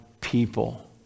people